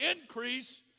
increase